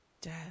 Dad